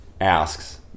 asks